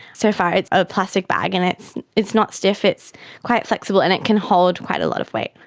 so far it's a plastic bag and it's it's not stiff, it's quite flexible and it can hold quite a lot of weight.